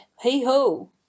Hey-ho